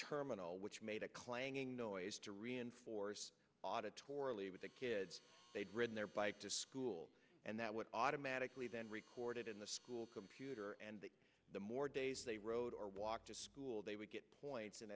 terminal which made a clanging noise to reinforce auditorily with the kids they'd written their bike to school and that would automatically then recorded in the school computer and that the more days they rode or walked to school they would get points and